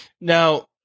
Now